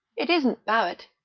it isn't barrett.